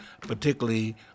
particularly